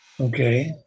Okay